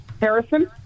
Harrison